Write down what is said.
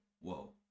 Whoa